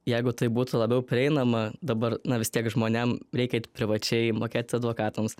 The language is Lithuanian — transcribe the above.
jeigu tai būtų labiau prieinama dabar na vis tiek žmonėm reikia eit privačiai mokėti advokatams